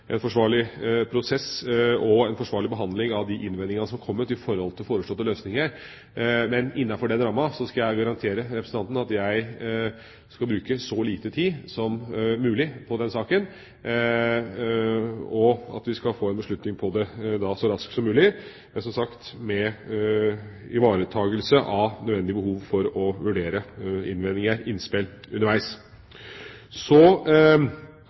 en forsvarlig prosess og en forsvarlig behandling av de innvendingene som er kommet til foreslåtte løsninger. Men innenfor den rammen skal jeg garantere representanten at jeg skal bruke så lite tid som mulig på den saken, og at vi skal få en beslutning på det så raskt som mulig – men som sagt med ivaretakelse av nødvendige behov for å vurdere innvendinger og innspill underveis. Så